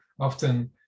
often